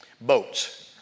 boats